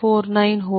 8492 0